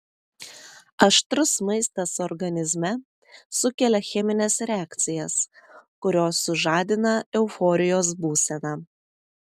aštrus maistas organizme sukelia chemines reakcijas kurios sužadina euforijos būseną